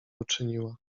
uczyniła